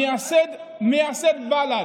מייסד בל"ד.